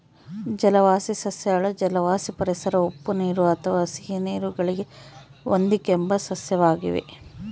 ಜಲವಾಸಿ ಸಸ್ಯಗಳು ಜಲವಾಸಿ ಪರಿಸರ ಉಪ್ಪುನೀರು ಅಥವಾ ಸಿಹಿನೀರು ಗಳಿಗೆ ಹೊಂದಿಕೆಂಬ ಸಸ್ಯವಾಗಿವೆ